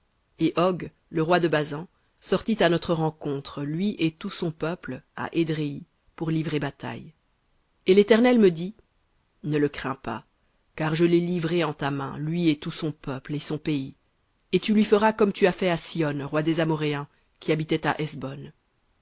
et og le roi de basan sortit à notre rencontre lui et tout son peuple à édréhi pour livrer bataille et l'éternel me dit ne le crains pas car je l'ai livré en ta main lui et tout son peuple et son pays et tu lui feras comme tu as fait à sihon roi des amoréens qui habitait à